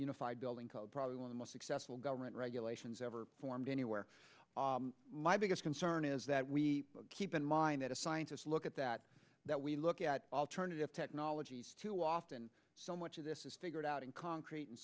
unified building code probably one of most successful government regulations ever formed anywhere my biggest concern is that we keep in mind that a scientist look at that that we look at alternative technologies to often so much of this is figured out in concrete and